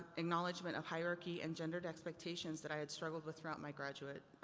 acknowledgment of hierarchy and gendered expectations that i had struggled with throughout my graduate